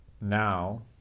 now